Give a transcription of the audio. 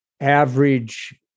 average